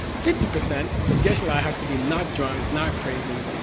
fifty percent geshe-la has to be not drunk, not crazy,